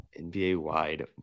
NBA-wide